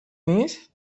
نیست